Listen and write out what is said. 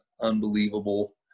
unbelievable